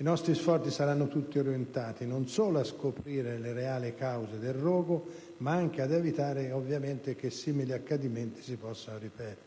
I nostri sforzi saranno tutti orientati non solo a scoprire le reali cause del rogo ma anche ad evitare, ovviamente, che simili accadimenti si possano ripetere.